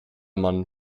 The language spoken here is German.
man